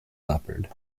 leopard